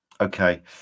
Okay